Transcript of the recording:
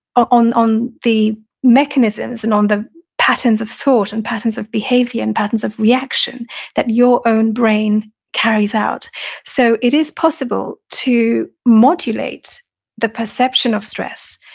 on on the mechanisms and on the patterns of thought and patterns of behavior and patterns of reaction that your own brain carries out so it is possible to modulate the perception of stress.